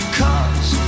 cause